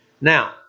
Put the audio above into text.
Now